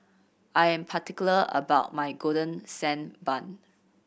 I am particular about my Golden Sand Bun